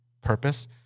purpose